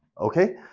Okay